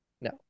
No